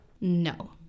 No